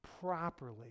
properly